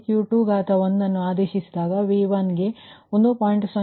ಆದ್ದರಿಂದ Q21ಅನ್ನು ಆದೇಶಿಸಿದಾಗ V1 ಗೆ 1